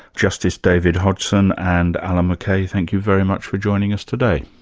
justice david hodgson and allan mccay, thank you very much for joining us today.